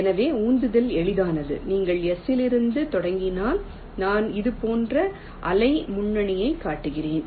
எனவே உந்துதல் எளிதானது நீங்கள் S இலிருந்து தொடங்கினால் நான் இது போன்ற அலை முன்னணியைக் காட்டுகிறேன்